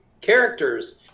characters